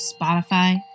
Spotify